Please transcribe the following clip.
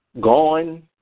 gone